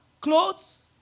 clothes